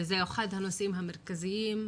וזה אחד הנושאים המרכזיים,